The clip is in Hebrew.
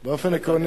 באופן עקרוני,